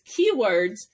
keywords